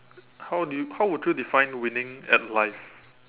how do you how would you define winning at life